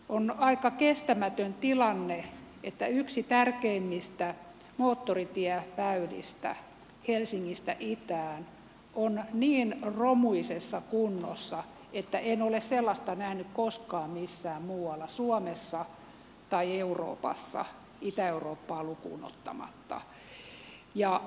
on aika kestämätön tilanne että yksi tärkeimmistä moottoritieväylistä helsingistä itään on niin romuisessa kunnossa että en ole sellaista nähnyt koskaan missään muualla suomessa tai euroopassa itä eurooppaa lukuun ottamatta